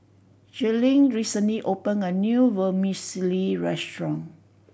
Jaelyn recently opened a new Vermicelli restaurant